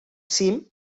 cim